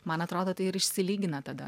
man atrodo tai ir išsilygina tada